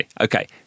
okay